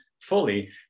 fully